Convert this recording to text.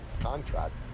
contract